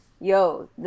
Yo